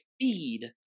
Feed